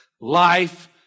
Life